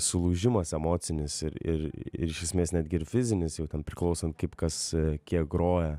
sulūžimas emocinis ir ir ir iš esmės netgi ir fizinis jau ten priklausant kaip kas kiek groja